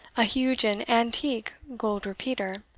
a huge and antique gold repeater,